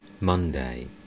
Monday